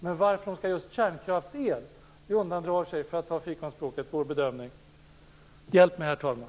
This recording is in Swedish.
Men varför de skall ha just kärnkraftsel undandrar sig, för att ta fikonspråket, vår bedömning. Hjälp mig, herr talman!